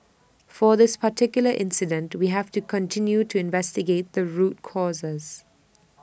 for this particular incident we have to continue to investigate the root causes